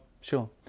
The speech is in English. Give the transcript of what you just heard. sure